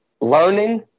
learning